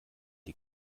die